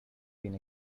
been